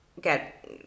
get